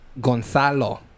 Gonzalo